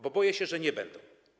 Bo boję się, że nie będą.